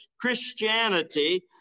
Christianity